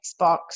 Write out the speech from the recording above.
Xbox